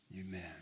Amen